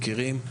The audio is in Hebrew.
מכירים.